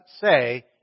say